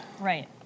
Right